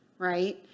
Right